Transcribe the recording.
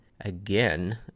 again